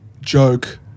joke